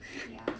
ya